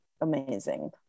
amazing